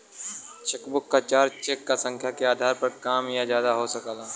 chequebook क charge cheque क संख्या के आधार पर कम या ज्यादा हो सकला